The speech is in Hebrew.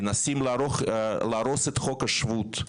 מנסים להרוס את חוק השבות.